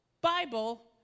Bible